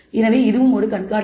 எனவே இது ஒரு கண்கார்டன்ட்